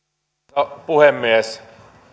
arvoisa puhemies